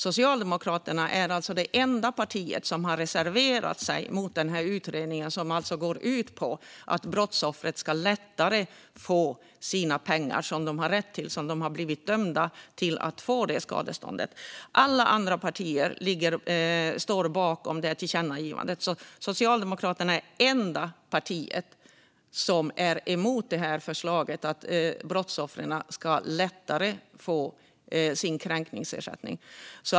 Socialdemokraterna är det enda parti som har reserverat sig mot förslaget om den här utredningen, som alltså går ut på att brottsoffren lättare ska få det utdömda skadestånd som de har rätt till. Alla andra partier står bakom det tillkännagivandet. Socialdemokraterna är det enda parti som är emot förslaget om att brottsoffren lättare ska få sin kränkningsersättning.